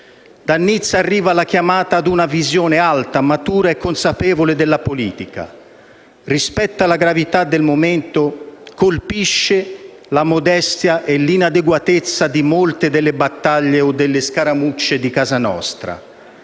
da Nizza arriva la chiamata ad una visione alta, matura e consapevole della politica. Rispetto alla gravità del momento colpisce la modestia e l'inadeguatezza di molte delle battaglie o delle scaramucce di casa nostra.